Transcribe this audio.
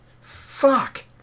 Fuck